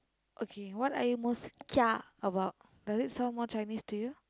okay what are you must kia about does it sound more Chinese to you